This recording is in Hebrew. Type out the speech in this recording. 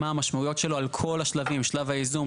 מה המשמעויות שלו על כל השלבים: שלב הייזום,